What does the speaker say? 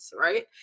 right